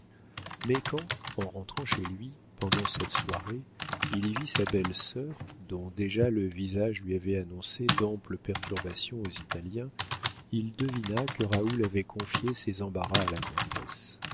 mais quand en rentrant chez lui pendant cette soirée il y vit sa belle-sœur dont déjà le visage lui avait annoncé d'amples perturbations aux italiens il devina que raoul avait confié ses embarras à la comtesse